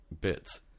bits